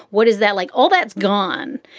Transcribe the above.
what is that like? all that's gone.